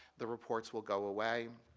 the reports will go away.